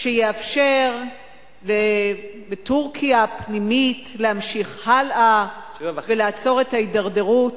שיאפשר בטורקיה הפנימית להמשיך הלאה ולעצור את ההידרדרות,